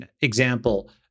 Example